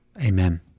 Amen